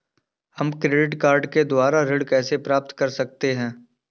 हम credit card के द्वारा ऋण कैसे प्राप्त कर सकते हैं?